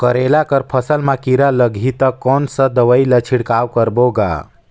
करेला कर फसल मा कीरा लगही ता कौन सा दवाई ला छिड़काव करबो गा?